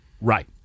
Right